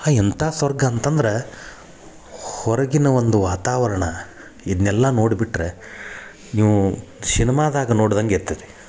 ಆಹಾ ಎಂಥ ಸ್ವರ್ಗ ಅಂತಂದ್ರ ಹೊರಗಿನ ಒಂದು ವಾತಾವರಣ ಇದನ್ನೆಲ್ಲ ನೋಡ್ಬಿಟ್ಟರೆ ನೀವು ಸಿನಿಮಾದಾಗ ನೋಡ್ದಂಗ ಇತ್ತು ರೀ